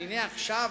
שהנה עכשיו,